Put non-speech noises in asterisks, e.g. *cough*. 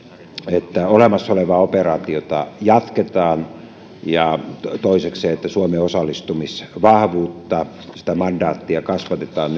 että olemassa olevaa operaatiota jatketaan ja toisekseen suomen osallistumisvahvuuden mandaattia kasvatetaan *unintelligible*